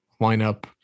lineup